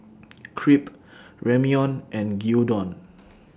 Crepe Ramyeon and Gyudon